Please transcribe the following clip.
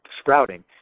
sprouting